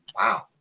wow